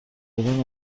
دادن